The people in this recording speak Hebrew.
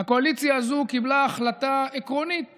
הקואליציה הזאת קיבלה החלטה עקרונית